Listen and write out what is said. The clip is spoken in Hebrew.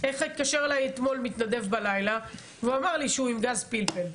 התקשר אליי אתמול בלילה מתנדב והוא אמר לי שהוא עם גז פלפל.